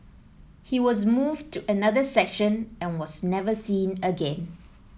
he was moved to another section and was never seen again